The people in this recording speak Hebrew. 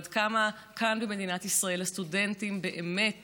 עד כמה כאן במדינת ישראל הסטודנטים באמת